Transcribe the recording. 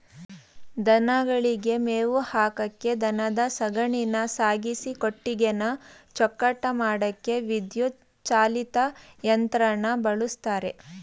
ದನಗಳಿಗೆ ಮೇವು ಹಾಕಕೆ ದನದ ಸಗಣಿನ ಸಾಗಿಸಿ ಕೊಟ್ಟಿಗೆನ ಚೊಕ್ಕಟ ಮಾಡಕೆ ವಿದ್ಯುತ್ ಚಾಲಿತ ಯಂತ್ರನ ಬಳುಸ್ತರೆ